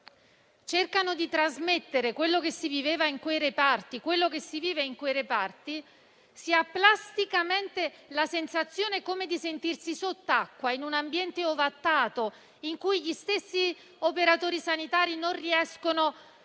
cercano di trasmettere quello che si viveva e quello che si vive in quei reparti, si ha plasticamente come la sensazione di sentirsi sott'acqua, in un ambiente ovattato, in cui gli stessi operatori sanitari non riescono a